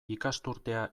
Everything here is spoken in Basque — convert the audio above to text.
ikasturtea